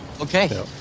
okay